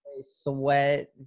sweat